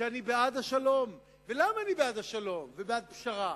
שאני בעד השלום, ולמה אני בעד השלום ובעד פשרה?